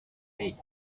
eight